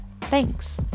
Thanks